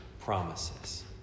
promises